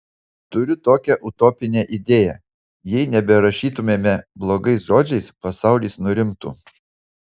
turiu tokią utopinę idėją jei neberašytumėme blogais žodžiais pasaulis nurimtų